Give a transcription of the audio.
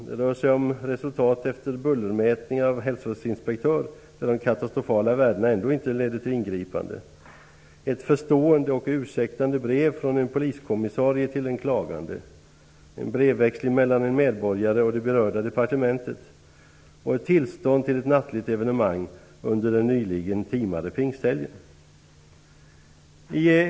Det rör sig om resultatet av bullermätningar av hälsovårdsinspektör som trots de katastrofala värdena inte ledde till ingripande, ett förstående och ursäktande brev från en poliskommissarie till en klagande, en brevväxling mellan en medborgare och det berörda departementet och ett tillstånd till ett nattligt evenemang under den nyligen timade pingsthelgen.